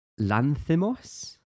Lanthimos